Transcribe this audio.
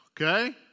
okay